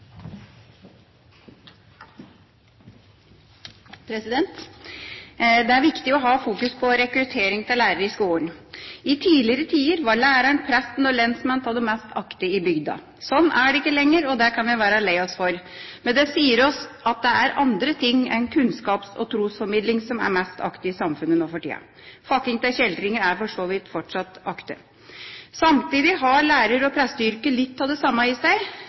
viktig å ha fokus på rekruttering av lærere i skolen. I tidligere tider var læreren, presten og lensmannen av de mest aktede i bygda. Sånn er det ikke lenger. Det kan vi være lei oss for, men det sier oss at det er andre ting enn kunnskaps- og trosformidling som er mest aktet i samfunnet nå for tida. Fakking av kjeltringer er for så vidt fortsatt aktet. Samtidig har lærer- og presteyrket litt av det samme i